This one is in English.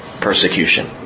persecution